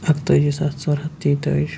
اَکتٲجی ساس ژور ہَتھ تیٚتٲجی